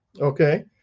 okay